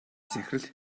захирал